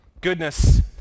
Goodness